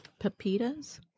pepitas